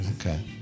Okay